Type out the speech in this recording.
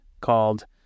called